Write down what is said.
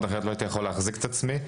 אחרת לא הייתי יכול להחזיק את עצמי.